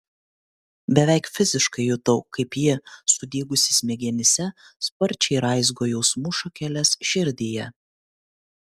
beveik fiziškai jutau kaip ji sudygusi smegenyse sparčiai raizgo jausmų šakeles širdyje